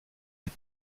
des